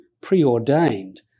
preordained